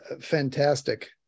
Fantastic